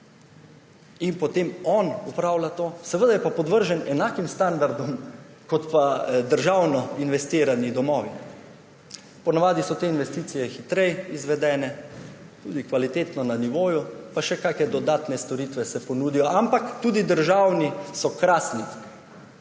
in potem on to upravlja. Seveda je pa podvržen enakim standardom kot državno investirani domovi. Po navadi so te investicije hitreje izvedene, tudi kvalitetno na nivoju, pa še kakšne dodatne storitve se ponudijo. Ampak tudi državni so krasni,